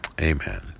Amen